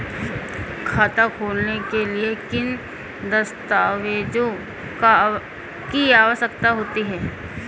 खाता खोलने के लिए किन दस्तावेजों की आवश्यकता होती है?